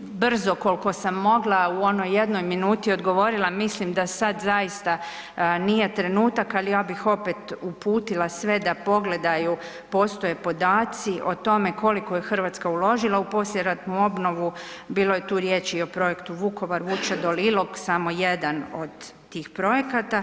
brzo, koliko sam mogla u onoj jednoj minuti odgovorila, mislim da sad zaista nije trenutak, ali ja bih opet uputila sve da pogledaju, postoje podaci o tome koliko je Hrvatska uložila u poslijeratnu obnovu, bilo je tu riječi o projektu Vukovar, Vučedol, Ilok, samo jedan od tih projekata.